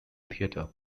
theatre